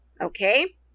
Okay